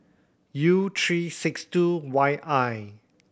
U three six two Y I